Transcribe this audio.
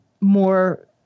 more